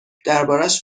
دربارش